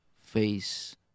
face